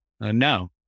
No